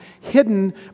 hidden